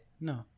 No